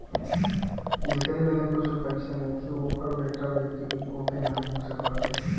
जेकरी लगे कुछु पईसा नईखे ओकर बेटा बेटी भी ओके नाही पूछत बाटे